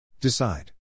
Decide